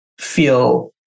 feel